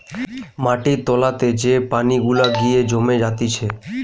মাটির তোলাতে যে পানি গুলা গিয়ে জমে জাতিছে